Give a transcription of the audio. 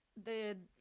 the